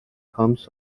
comes